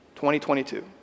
2022